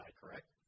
correct